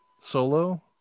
solo